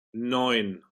neun